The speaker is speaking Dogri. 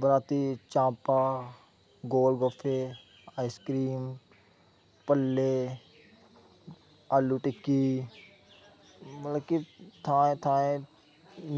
बराती चाम्पां गोल गप्पे आइस क्रीम भल्ले आलू चिक्की मतलब कि थाएं थाएं